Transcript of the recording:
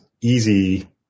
easy